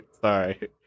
sorry